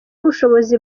ubushobozi